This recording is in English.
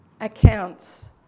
accounts